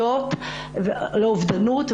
בסיכון לאובדנות.